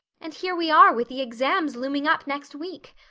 and here we are, with the exams looming up next week.